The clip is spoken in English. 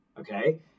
okay